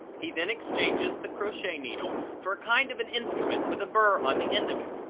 he then exchanges the crochet needle for a kind of an instrument with a burr on the end of it.